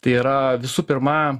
tai yra visų pirma